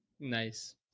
Nice